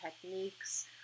techniques